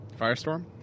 firestorm